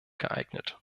geeignet